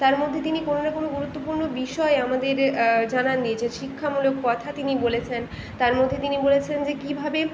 তার মধ্যে তিনি কোনো না কোনো গুরুত্বপূর্ণ বিষয় আমাদের জানান দিয়েছেন শিক্ষামূলক কথা তিনি বলেছেন তার মধ্যে তিনি বলেছেন যে কীভাবে